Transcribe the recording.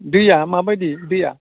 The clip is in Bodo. दैया माबायदि दैया